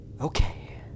Okay